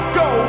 go